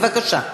מה היה עד עכשיו?